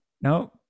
No